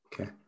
Okay